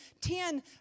ten